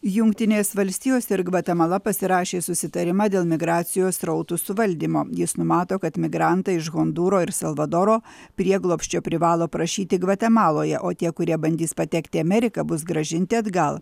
jungtinės valstijos ir gvatemala pasirašė susitarimą dėl migracijos srautų suvaldymo jis numato kad migrantai iš hondūro ir salvadoro prieglobsčio privalo prašyti gvatemaloje o tie kurie bandys patekti į ameriką bus grąžinti atgal